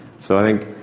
so i think,